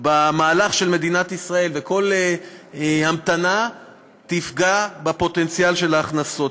במהלך של מדינת ישראל וכל המתנה יפגעו בפוטנציאל ההכנסות.